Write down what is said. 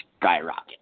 skyrocket